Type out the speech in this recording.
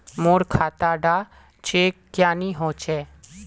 मोर खाता डा चेक क्यानी होचए?